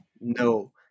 no